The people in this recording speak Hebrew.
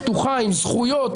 פתוחה עם זכויות,